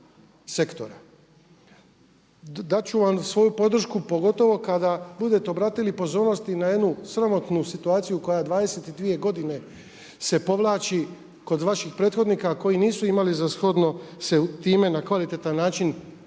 Dat ću vam svoju podršku pogotovo kada budete obratili pozornost i na jednu sramotnu situaciju koja 22 godine se povlači kod vaših prethodnika koji nisu imali za shodno se time na kvalitetan način